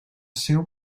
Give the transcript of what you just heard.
seu